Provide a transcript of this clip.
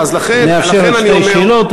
נאפשר עוד שתי שאלות,